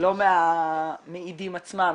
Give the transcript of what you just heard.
לא מהמעידים עצמם,